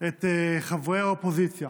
את חברי האופוזיציה